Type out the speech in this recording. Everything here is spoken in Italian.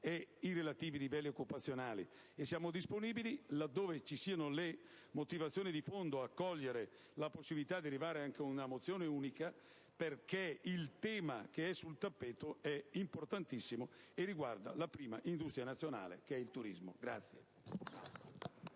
ed i relativi livelli occupazionali e siamo disponibili, laddove ci siano le motivazioni di fondo, a cogliere la possibilità di arrivare anche a una mozione unitaria, perché il tema che è sul tappeto è importantissimo e riguarda la prima industria nazionale, cioè il turismo.